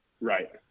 Right